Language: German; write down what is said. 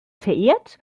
verehrt